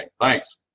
thanks